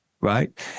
right